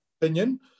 opinion